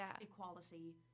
equality